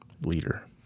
leader